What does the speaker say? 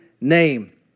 name